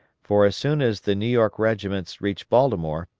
for as soon as the new york regiments reached baltimore,